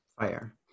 fire